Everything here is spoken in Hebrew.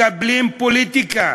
מקבלים פוליטיקה,